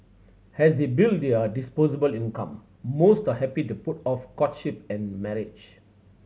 as they build their disposable income most are happy to put off courtship and marriage